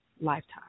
lifetime